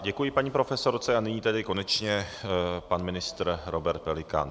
Děkuji paní profesorce a nyní tedy konečně pan ministr Robert Pelikán.